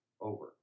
over